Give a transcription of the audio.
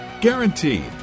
Guaranteed